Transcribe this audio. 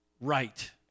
right